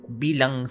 bilang